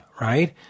right